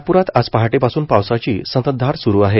नागप्रात आज पहाटे पासून पावसाची संततधार सुरु आहे